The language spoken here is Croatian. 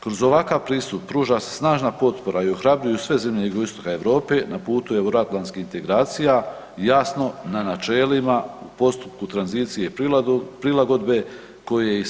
Kroz ovakav pristup pruža se snažna potpora i ohrabljuju sve zemlje Jugoistoka Europe na putu euroatlanskih integracija, jasno na načelima u postupku tranzicije i prilagodbe koju je i sama prošla.